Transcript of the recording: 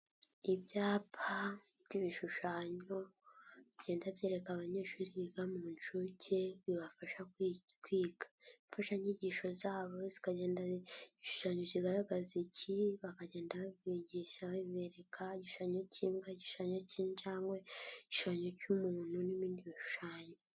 ibyapa by'ibishushanyo bigenda byereka abanyeshuri biga mu ncuke bibafasha kwiga. Imfashanyigisho zabo zikagenda igishushanyo kigaragaza iki bakagenda bigisha babireka, igishushanyo cy'imbwa, gishushanyo cy'injangwe, igishushanyo cy'umuntu n'ibindi bishushanyo.